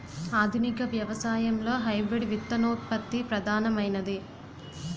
ఆధునిక వ్యవసాయంలో హైబ్రిడ్ విత్తనోత్పత్తి ప్రధానమైనది